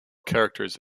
characters